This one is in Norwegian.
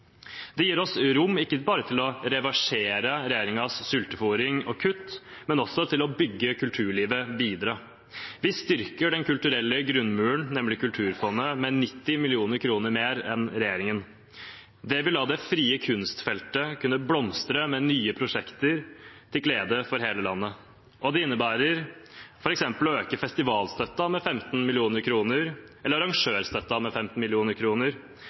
Det gir oss rom ikke bare til å reversere regjeringens sultefôring og kutt, men også til å bygge kulturlivet videre. Vi styrker den kulturelle grunnmuren, nemlig Kulturfondet, med 90 mill. kr mer enn regjeringen. Det vil la det frie kunstfeltet kunne blomstre – med nye prosjekter, til glede for hele landet. Det innebærer f.eks. å øke festivalstøtten med 15 mill. kr og arrangørstøtten med 15